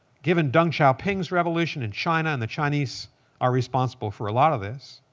given deng xiaoping's revolution in china, and the chinese are responsible for a lot of this.